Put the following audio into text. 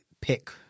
pick